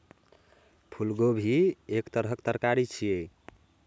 फूलगोभी एक तरहक तरकारी छियै